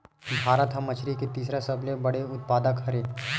भारत हा मछरी के तीसरा सबले बड़े उत्पादक हरे